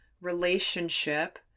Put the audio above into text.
relationship